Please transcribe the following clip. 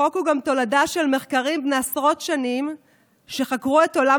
החוק הוא גם תולדה של מחקרים בני עשרות שנים שחקרו את עולם